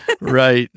Right